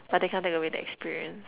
but they can't take away the experience